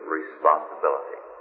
responsibility